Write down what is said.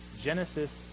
Genesis